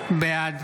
בעד